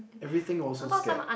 everything also scared